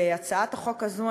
בהצעת החוק הזו,